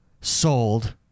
sold